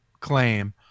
claim